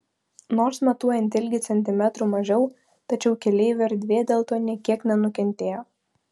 nors matuojant ilgį centimetrų mažiau tačiau keleivių erdvė dėl to nė kiek nenukentėjo